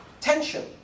tension